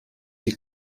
die